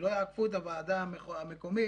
שלא יעקפו את הוועדה המקומית,